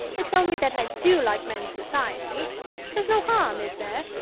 it's only that i do like men's society there's no harm, is there?